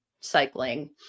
cycling